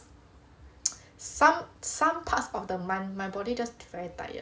some some parts of the month my body just very tired